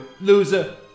Loser